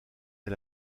est